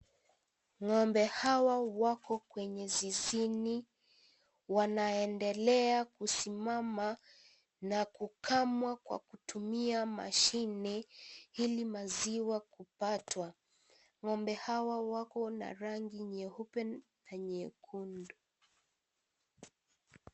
Ng'ombe hawa wako kwenye zizini. Wanaendelea kusimama na kukamwa kwa kutumia mashine ili maziwa kupatwa. Ng'ombe hawa wako na rangi nyeupe na nyekundu.